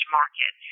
market